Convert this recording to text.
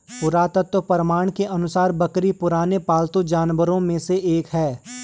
पुरातत्व प्रमाण के अनुसार बकरी पुराने पालतू जानवरों में से एक है